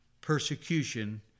persecution